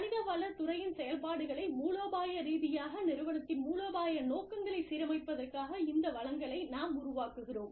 மனிதவளத் துறையின் செயல்பாடுகளை மூலோபாய ரீதியாக நிறுவனத்தின் மூலோபாய நோக்கங்களைச் சீரமைப்பதற்காக இந்த வளங்களை நாம் உருவாக்குகிறோம்